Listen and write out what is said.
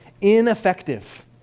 ineffective